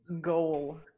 Goal